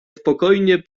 spokojnie